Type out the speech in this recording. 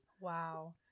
Wow